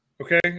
Okay